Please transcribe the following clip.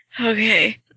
okay